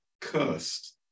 cursed